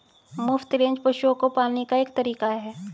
मुफ्त रेंज पशुओं को पालने का एक तरीका है